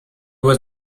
was